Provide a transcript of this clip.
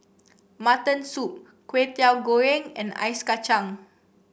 Mutton Soup Kway Teow Goreng and Ice Kachang